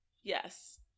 yes